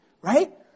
right